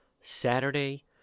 Saturday